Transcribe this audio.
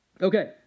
Okay